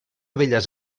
belles